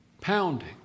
pounding